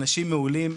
אנשים מעולים,